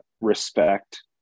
respect